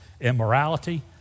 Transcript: Immorality